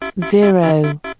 Zero